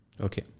okay